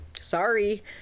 sorry